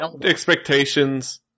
expectations